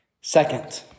Second